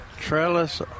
trellis